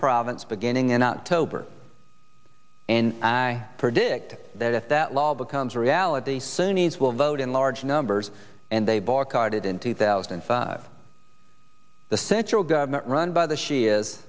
province beginning in october and i predict that if that law becomes reality sunni's will vote in large numbers and they boycotted in two thousand and five the central government run by the sh